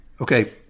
okay